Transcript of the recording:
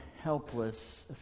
helpless